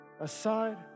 aside